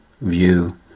view